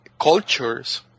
cultures